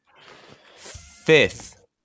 fifth